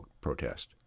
protest